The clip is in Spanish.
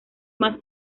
más